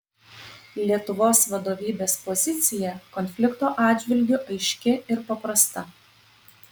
lietuvos vadovybės pozicija konflikto atžvilgiu aiški ir paprasta